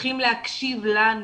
צריכים להקשיב לנו,